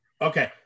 Okay